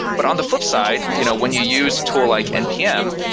but on the flipside, you know when you use a tool like npm,